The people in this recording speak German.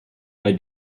bei